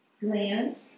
gland